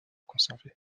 conservé